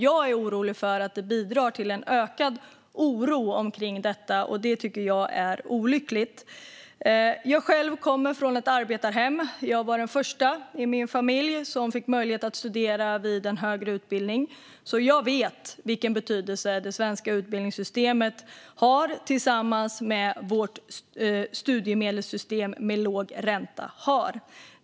Jag är orolig för att det bidrar till en ökad oro omkring detta, och det tycker jag är olyckligt. Jag kommer själv från ett arbetarhem. Jag var den första i min familj som fick möjlighet att studera vid en högre utbildning, så jag vet vilken betydelse det svenska utbildningssystemet, tillsammans med vårt studiemedelssystem med låg ränta, har.